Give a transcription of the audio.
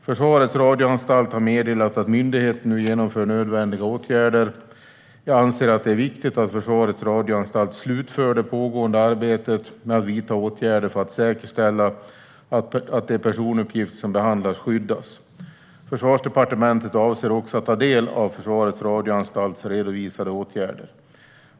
Försvarets radioanstalt har meddelat att myndigheten nu genomför nödvändiga åtgärder. Jag anser att det är viktigt att Försvarets radioanstalt slutför det pågående arbetet med att vidta åtgärder för att säkerställa att de personuppgifter som behandlas skyddas. Försvarsdepartementet avser också att ta del av Försvarets radioanstalts redovisade åtgärder.